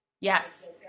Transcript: Yes